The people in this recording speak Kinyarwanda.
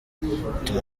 bituma